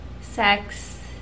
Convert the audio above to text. sex